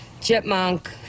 Chipmunk